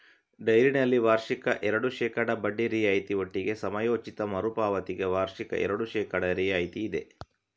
ಡೈರಿನಲ್ಲಿ ವಾರ್ಷಿಕ ಎರಡು ಶೇಕಡಾ ಬಡ್ಡಿ ರಿಯಾಯಿತಿ ಒಟ್ಟಿಗೆ ಸಮಯೋಚಿತ ಮರು ಪಾವತಿಗೆ ವಾರ್ಷಿಕ ಎರಡು ಶೇಕಡಾ ರಿಯಾಯಿತಿ ಇದೆ